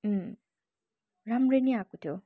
अँ राम्रै नै आएको थियो